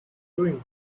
doing